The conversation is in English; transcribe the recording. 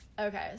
okay